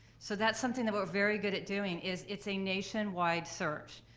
so that's something that we're very good at doing is, it's a nationwide search.